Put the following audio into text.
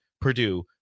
Purdue